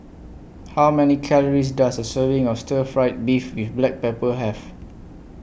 How Many Calories Does A Serving of Stir Fried Beef with Black Pepper Have